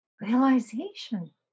realization